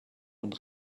und